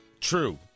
true